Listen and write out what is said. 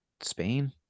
Spain